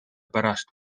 pärast